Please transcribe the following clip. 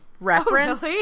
reference